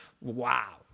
Wow